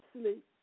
sleep